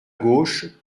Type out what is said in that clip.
gauche